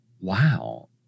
wow